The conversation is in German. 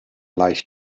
leicht